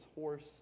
horse